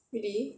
really